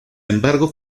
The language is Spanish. embargo